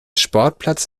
sportplatz